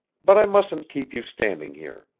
but i mustn't keep you standing here.